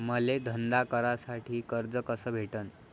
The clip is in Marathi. मले धंदा करासाठी कर्ज कस भेटन?